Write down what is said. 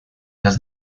does